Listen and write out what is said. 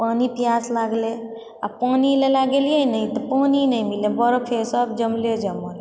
पानि पियास लागलै आओर पानि लैला गेलियै ने तऽ पानि नहि मिललै बरफे सब जमले जमल